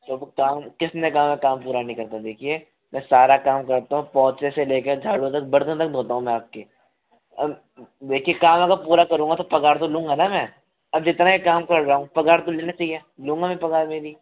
जब हम काम किसने कहा काम पूरा नहीं करता हूँ देखिए मैं सारा काम करता हूँ पोछे से लेके झाड़ू तक बर्तन धोता हूँ मैं आपके देखिए काम अगर पूरा करूँगा तो पगार तो लूँगा ना मैं अब जितना ये काम कर रहा हूँ पगार तो लेना चाहिए लूँगा मैं पगार मेरी